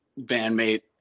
bandmate